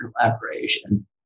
collaboration